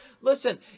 Listen